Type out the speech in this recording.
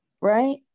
Right